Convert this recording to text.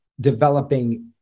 developing